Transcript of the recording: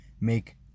make